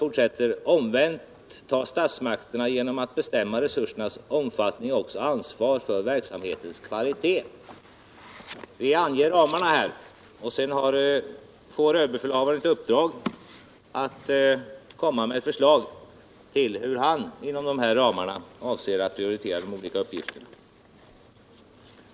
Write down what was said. Omvänt tar statsmakterna genom att bestämma resursernas omfattning också ansvar för verksamhetens kvalitet.” Vi anger ramarna här, och sedan får överbefälhavaren ett uppdrag att komma med förslag till hur han inom de här ramarna avser att prioritera de olika uppgifterna.